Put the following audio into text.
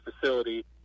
facility